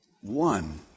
one